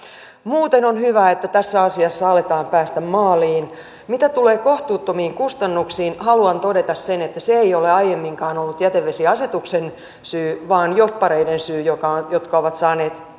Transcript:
muuten on hyvä että tässä asiassa aletaan päästä maaliin mitä tulee kohtuuttomiin kustannuksiin haluan todeta sen että se ei ole aiemminkaan ollut jätevesiasetuksen syy vaan jobbareiden syy jotka ovat saaneet